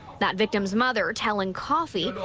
that victim's mother telling coffey,